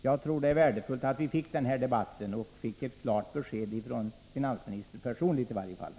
Jag tror att det är värdefullt att vi fick den här debatten och fick ett klart besked från finansministern personligt i varje fall.